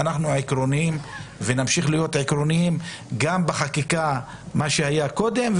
אנחנו עקרוניים ונמשיך להיות עקרוניים גם בחקיקה שהייתה קודם,